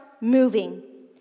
moving